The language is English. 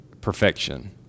perfection